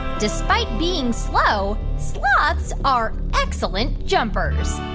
despite being slow, sloths are excellent jumpers?